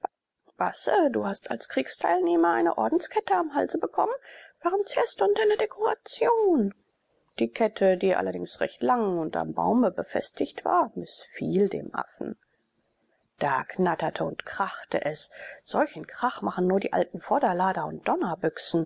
basse du hast als kriegsteilnehmer eine ordenskette am halse bekommen warum zerrst du an deiner dekoration die kette die allerdings recht lang und am baume befestigt war mißfiel dem affen da knatterte und krachte es solchen krach machen nur die alten vorderlader und